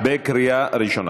בקריאה ראשונה.